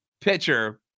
pitcher